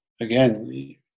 again